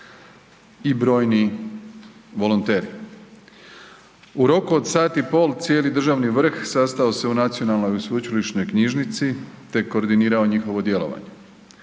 i brojni volonteri. U roku od sat i pol cijeli državni vrh sastao se u Nacionalnoj i sveučilišnoj knjižnici te koordinirao njihovo djelovanje.